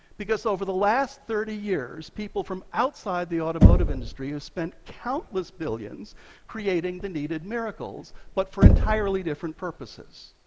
because over the last thirty years, people from outside the automotive industry have spent countless billions creating the needed miracles, but for entirely different purposes.